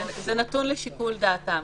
כן, זה נתון לשיקול דעתם.